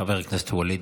חבר הכנסת ואליד